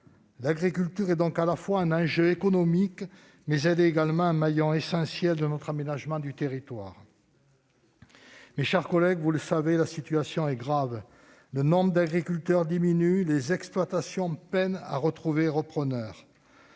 L'agriculture est donc à la fois un enjeu économique et un maillon essentiel de notre aménagement du territoire. Mes chers collègues, vous le savez, la situation est grave. Le nombre d'agriculteurs diminue, les exploitations peinent à trouver repreneurs